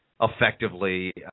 effectively